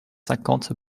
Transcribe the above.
cinquante